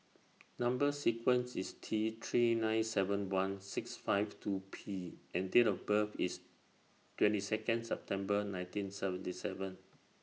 Number sequence IS T three nine seven one six five two P and Date of birth IS twenty Second September nineteen seventy seven